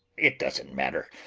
it doesn't matter.